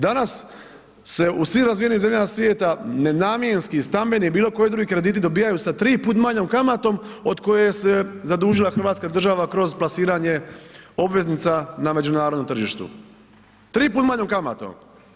Danas se u svim razvijenim zemljama svijeta ne namjenski, stambeni, bilo koji drugi krediti dobijaju sa tri puta manjom kamatom od koje se zadužila Hrvatska država kroz plasiranje obveznica na međunarodnom tržištu, tri puta manjom kamatom.